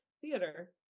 theater